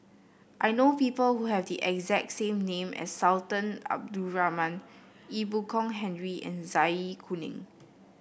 I know people who have the exact same name as Sultan Abdul Rahman Ee Boon Kong Henry and Zai Kuning